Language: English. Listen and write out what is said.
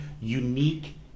unique